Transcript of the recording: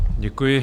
Děkuji.